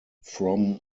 from